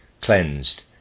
cleansed